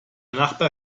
nachbar